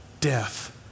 Death